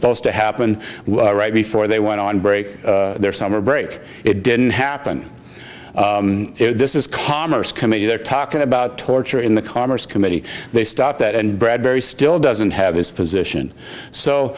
supposed to happen right before they went on break their summer break it didn't happen this is commerce committee they're talking about torture in the commerce committee they stopped that and bradbury still doesn't have his position so